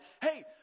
Hey